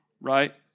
Right